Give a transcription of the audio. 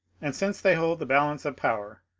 and, since they hold the balance of power,